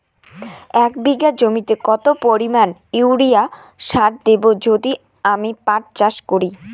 এক বিঘা জমিতে কত পরিমান ইউরিয়া সার দেব যদি আমি পাট চাষ করি?